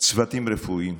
צוותים רפואיים.